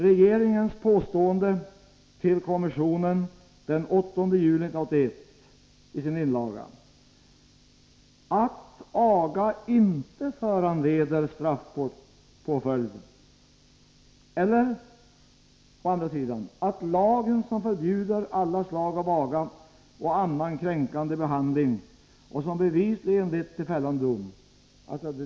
I sin inlaga till kommissionen den 8 juli 1981 påstår regeringen att aga inte föranleder straffpåföljd. Men vi har ju å andra sidan lagen som förbjuder alla slag av aga och ”annan kränkande behandling” och som bevisligen lett till fällande dom.